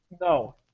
no